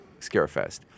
Scarefest